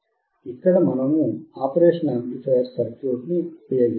ఇక్కడ మనము operational amplifier circuit ని ఉపయోగిస్తున్నాము